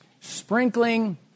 sprinkling